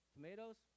Tomatoes